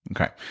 Okay